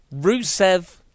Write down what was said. Rusev